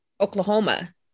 Oklahoma